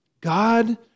God